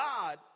God